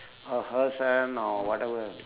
or her son or whatever